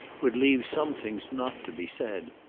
would leave some things not to be said.